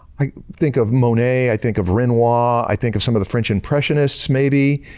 i think of monet, i think of renoir, i think of some of the french impressionists maybe,